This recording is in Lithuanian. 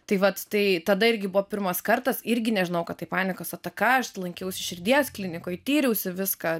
tai vat tai tada irgi buvo pirmas kartas irgi nežinojau kad tai panikos ataka aš lankiausi širdies klinikoj tyriausi viską